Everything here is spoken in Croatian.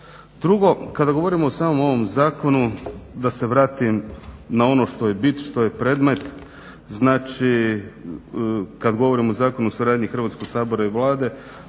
Drugo, kada govorimo o samom ovom zakonu da se vratim na ono što je bit, što je predmet, znači kad govorimo o Zakonu o suradnji Hrvatskog sabora i Vlade